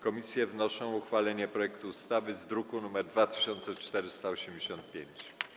Komisje wnoszą o uchwalenie projektu ustawy z druku nr 2485.